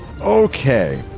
Okay